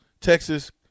Texas